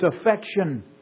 affection